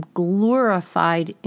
glorified